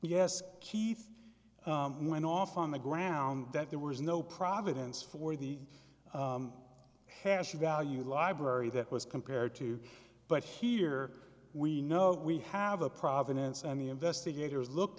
keith went off on the ground that there was no providence for the hash value library that was compared to but here we know we have a provenance and the investigators looked